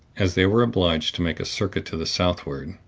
as they were obliged to make a circuit to the southward,